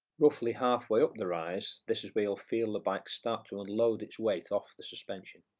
roughly halfway up the rise this is where you'll feel the bike start to unload it's weight off the suspension